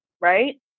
right